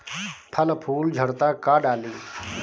फल फूल झड़ता का डाली?